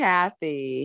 Kathy